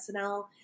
SNL